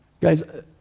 Guys